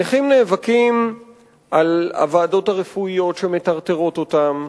הנכים נאבקים על הוועדות הרפואיות שמטרטרות אותם.